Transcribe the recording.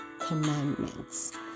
commandments